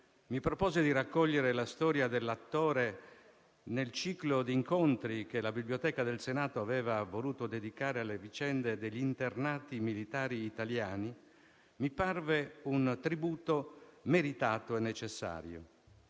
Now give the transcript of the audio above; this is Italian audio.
mi propose di raccogliere la storia dell'attore nel ciclo di incontri che la biblioteca del Senato aveva voluto dedicare alle vicende degli internati militari italiani, mi parve un tributo meritato e necessario.